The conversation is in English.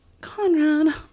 Conrad